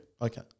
okay